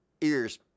ears